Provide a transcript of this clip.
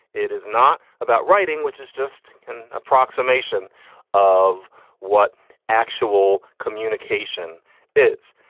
it is not about writing, which is just an approximation of what actual communication is.